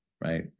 right